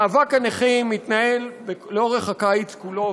מאבק הנכים מתנהל לאורך הקיץ כולו,